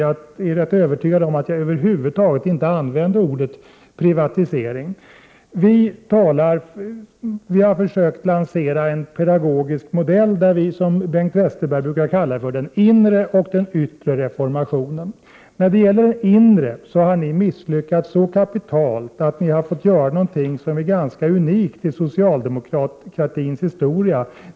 Jag är övertygad om att jag över huvud taget inte använde ordet privatisering. Vi har försökt lansera en pedagogisk modell, som vi brukar kalla den inre och den yttre reformationen. I fråga om den inre har ni misslyckats så kapialt att ni har tvingats göra något unikt i socialdemokratins historia.